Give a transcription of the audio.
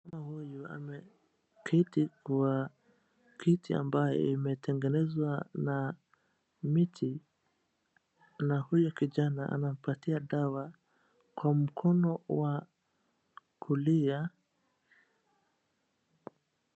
Mama huyu ameketi kwa kiti ambayo imetengenezwa na miti, na huyu kijana anampatia dawa kwa mkono wa kulia.